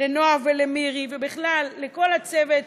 לנועה ולמירי, ובכלל לכל הצוות